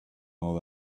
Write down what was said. all